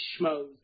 schmoes